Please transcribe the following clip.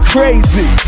Crazy